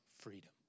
freedom